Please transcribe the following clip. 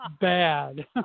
bad